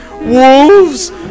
Wolves